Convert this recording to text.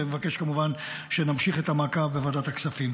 ומבקש כמובן שנמשיך את המעקב בוועדת הכספים.